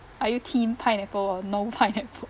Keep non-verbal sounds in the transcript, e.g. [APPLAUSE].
are you team pineapple or no pineapple [LAUGHS]